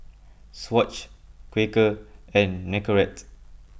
Swatch Quaker and Nicorette